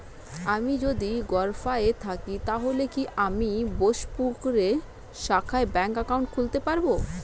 আমি যদি গরফায়ে থাকি তাহলে কি আমি বোসপুকুরের শাখায় ব্যঙ্ক একাউন্ট খুলতে পারবো?